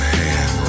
hand